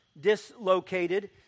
dislocated